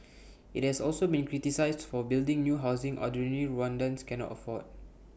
IT has also been criticised for building new housing ordinary Rwandans cannot afford